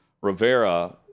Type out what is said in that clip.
Rivera